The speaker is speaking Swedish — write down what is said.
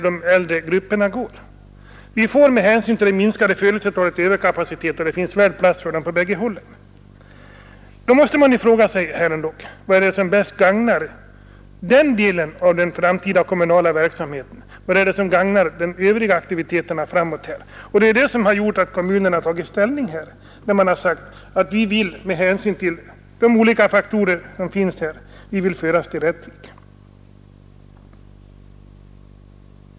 Det finns gott och väl plats för Ore-eleverna på båda hållen. Då måste man ändå fråga sig: Vad är det som bäst gagnar den delen av den framtida kommunala verksamheten? Vad är det som gagnar de övriga aktiviteterna här uppe? Det är sådana frågor som gjort att kommunen har sagt att man vill med hänsyn till de olika faktorer som här föreligger föras till Rättvik.